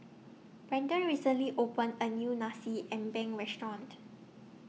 Brenden recently opened A New Nasi Ambeng Restaurant